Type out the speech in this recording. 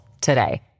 today